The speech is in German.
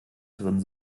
drin